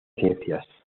ciencias